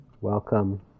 welcome